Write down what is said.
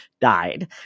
died